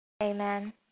Amen